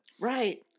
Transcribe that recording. Right